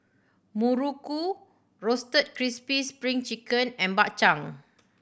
muruku Roasted Crispy Spring Chicken and Bak Chang